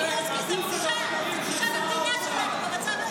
--- כי זה בושה למדינה שלנו במצב הנוכחי.